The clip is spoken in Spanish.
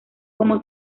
como